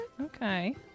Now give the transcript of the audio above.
Okay